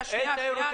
אין תיירות בכלל.